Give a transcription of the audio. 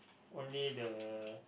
only the